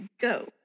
go